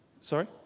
Sorry